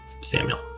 Samuel